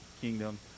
kingdom